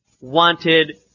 wanted